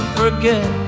forget